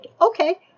okay